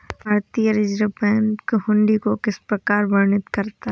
भारतीय reserve bank हुंडी को किस प्रकार वर्णित करता है?